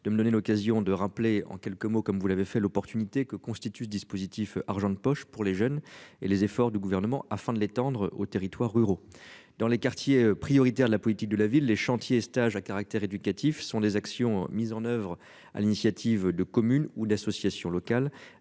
de me donner l'occasion de rappeler en quelques mots, comme vous l'avez fait l'opportunité que constitue ce dispositif argent de poche pour les jeunes et les efforts du gouvernement afin de l'étendre aux territoires ruraux dans les quartiers prioritaires de la politique de la ville, les chantiers stage à caractère éducatif sont des actions mises en oeuvre à l'initiative de communes ou d'associations locales